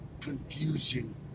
confusion